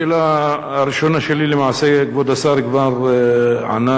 על השאלה הראשונה שלי למעשה כבוד השר כבר ענה,